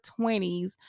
20s